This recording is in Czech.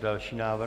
Další návrh?